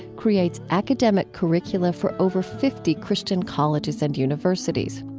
creates academic curricula for over fifty christian colleges and universities.